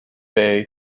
bay